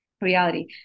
reality